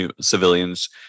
civilians